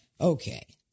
Okay